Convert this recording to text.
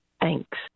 Thanks